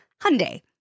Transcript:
Hyundai